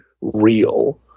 real